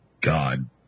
God